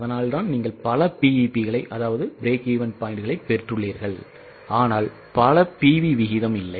அதனால்தான் நீங்கள் பல BEP களைப் பெற்றுள்ளீர்கள் ஆனால் பல PV விகிதம் இல்லை